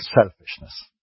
selfishness